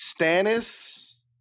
Stannis